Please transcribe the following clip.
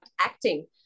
acting